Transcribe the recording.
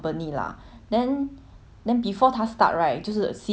then before 她 start right 就是 C_B 刚开 C_B 不是讲 lor